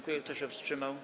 Kto się wstrzymał?